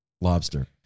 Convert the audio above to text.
lobster